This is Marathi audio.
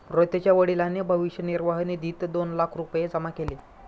रोहितच्या वडिलांनी भविष्य निर्वाह निधीत दोन लाख रुपये जमा केले